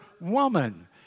woman